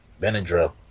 Benadryl